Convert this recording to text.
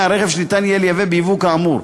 הרכב שניתן יהיה לייבא בייבוא כאמור,